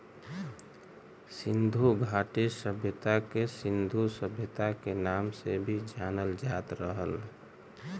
सिन्धु घाटी सभ्यता के सिन्धु सभ्यता के नाम से भी जानल जात रहल